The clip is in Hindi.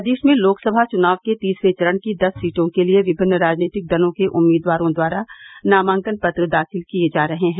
प्रदेश में लोकसभा चुनाव के तीसरे चरण की दस सीटों के लिए विभिन्न राजनीतिक दलों के उम्मीदवारों द्वारा नामांकन पत्र दाखिल किये जा रहे हैं